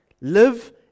Live